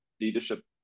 leadership